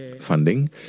funding